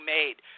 made